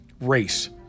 race